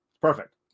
Perfect